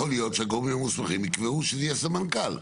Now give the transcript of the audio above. להיות שהגורמים המוסמכים יקבעו שזה יהיה הסמנכ"ל.